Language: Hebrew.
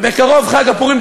בקרוב חג הפורים.